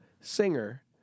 Singer